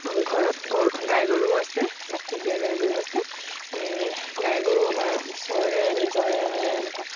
ঘৰত গৰু গাই গৰু আছে গাখীৰ দিয়া গাই গৰু আছে সেই গাই গৰু আমাৰ ওচৰে নিজৰে এনেকুৱা